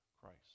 Christ